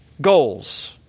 goals